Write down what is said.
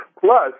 Plus